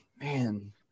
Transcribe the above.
Man